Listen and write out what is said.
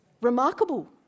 Remarkable